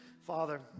Father